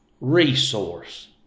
resource